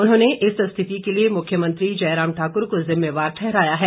उन्होंने इस स्थिति के लिए मुख्यमंत्री जयराम ठाकुर को जिम्मेवार ठहराया है